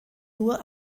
nur